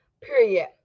period